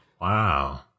Wow